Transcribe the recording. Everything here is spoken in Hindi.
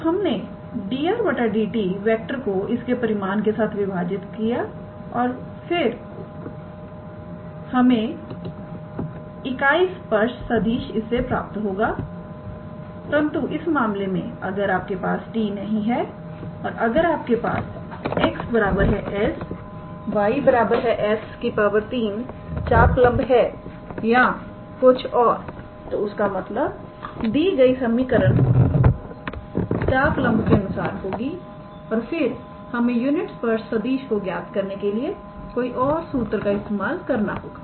तो हमने 𝑑 𝑟⃗ 𝑑𝑡 को इसके परिमाण के साथ विभाजित कर सकते हैं और फिर यह हमें इकाई स्पर्श सदिश देगा परंतु इस मामले में अगर आपके पास t नहीं है और अगर आपके पास 𝑥 𝑠 𝑦 𝑠 3 चापलंब है या कुछ और तो उस का मतलब दी गई समीकरण चापलंब के अनुसार होगी और फिर हमें यूनिट स्पर्श सदिश को ज्ञात करने के लिए कोई और सूत्र इस्तेमाल करना होगा